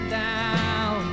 down